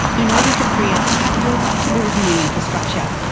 in order to free up capital to build new infrastructure.